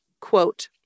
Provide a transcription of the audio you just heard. quote